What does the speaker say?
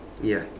ya